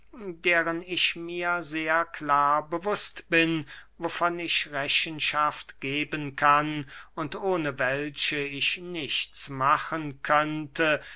deren ich mir sehr klar bewußt bin wovon ich rechenschaft geben kann und ohne welche ich nichts machen könnte